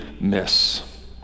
miss